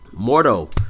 Mordo